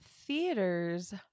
theaters